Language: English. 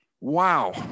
Wow